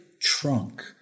trunk—